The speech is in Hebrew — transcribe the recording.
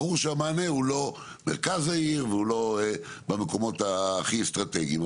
ברור שהמענה הוא לא מרכז העיר ולא במקומות הכי אסטרטגיים.